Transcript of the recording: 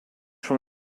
from